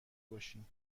باشیم